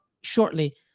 shortly